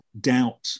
doubt